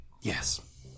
yes